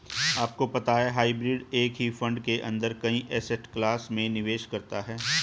आपको पता है हाइब्रिड एक ही फंड के अंदर कई एसेट क्लास में निवेश करता है?